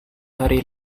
hari